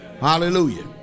Hallelujah